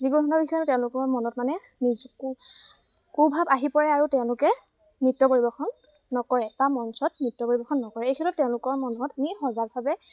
যিকোনো ধৰণৰ বিষয় তেওঁলোকৰ মনত মানে নিজে কু কুভাৱ আহি পৰে আৰু তেওঁলোকে নৃত্য পৰিৱেশন নকৰে বা মঞ্চত নৃত্য পৰিৱেশন নকৰে এই ক্ষেত্ৰত তেওঁলোকৰ মনত আমি সজাগভাৱে